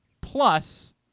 plus